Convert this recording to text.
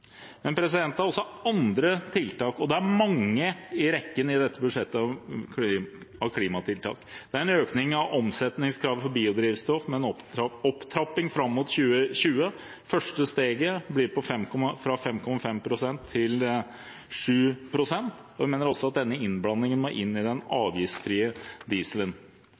det er også andre tiltak – det er mange klimatiltak i dette budsjettet: Det er en økning av omsetningskravet for biodrivstoff, med en opptrapping fram mot 2020. Det første steget blir en økning fra 5,5 pst. til 7 pst. Vi mener også at denne innblandingen må inn i den avgiftsfrie dieselen.